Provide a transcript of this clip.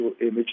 image